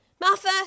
Martha